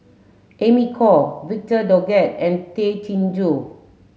Amy Khor Victor Doggett and Tay Chin Joo